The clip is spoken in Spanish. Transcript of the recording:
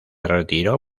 retiró